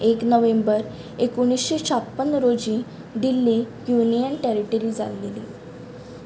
एक नव्हेंबर एकुणिश्शे छाप्पन रोजी दिल्ली युनियन टॅरटरी जाल्लेली